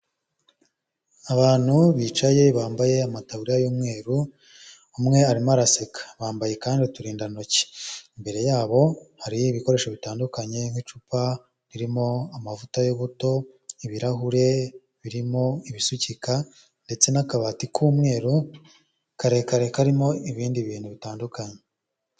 Abantu bicaye bambaye amataburiya y'umweru umwe arimo araseka, bambaye kandi uturindantoki, imbere yabo hari ibikoresho bitandukanye nk'icupa ririmo amavuta y'ubuto, ibirahure birimo ibisukika ndetse n'akabati k'umweru karerekare karimo ibindi bintu bitandukanye.